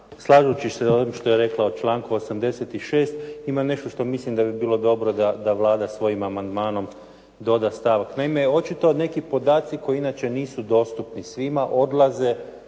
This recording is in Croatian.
slažući se ovim što je rekla o članku 86. ima nešto što mislim da bi bilo dobro da Vlada svojim amandmanom doda stav. Naime, očito neki podaci koji inače nisu dostupni svima odlaze